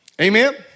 Amen